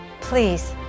Please